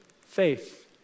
Faith